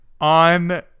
on